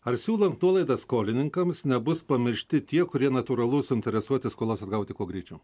ar siūlant nuolaidą skolininkams nebus pamiršti tie kurie natūralu suinteresuoti skolas atgauti kuo greičiau